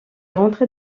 rentrées